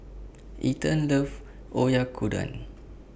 Ethen loves Oyakodon